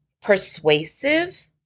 persuasive